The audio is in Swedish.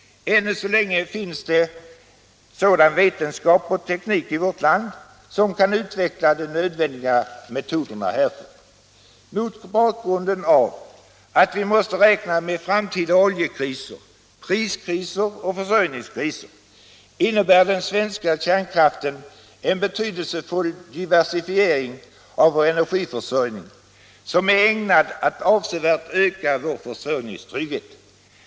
Ännu så länge finns det sådan vetenskap och teknik i vårt land som kan utveckla de nödvändiga metoderna härför. Mot bakgrund av att vi måste räkna med framtida oljekriser — priskriser och försörjningskriser — innebär den svenska kärnkraften en betydelsefull diversifiering av vår energiförsörjning, som är ägnad att avsevärt öka vår försörjningstrygghet.